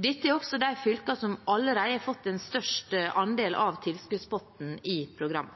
Dette er også de fylkene som allerede har fått størst andel av